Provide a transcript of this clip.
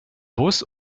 bus